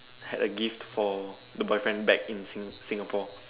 had a gift for the boyfriend back in Sing~ Singapore